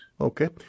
Okay